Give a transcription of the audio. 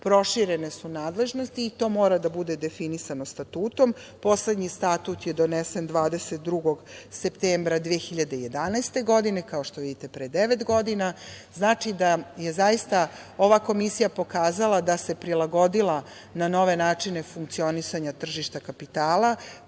proširene su nadležnosti i to mora da bude definisano Statutom. Poslednji Statut je donesen 22. septembra 2011. godine, kao što vidite, pre devet godina. Znači da je zaista ova Komisija pokazala da se prilagodila na nove načine funkcionisanja tržišta kapitala,